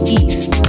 east